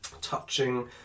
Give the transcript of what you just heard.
Touching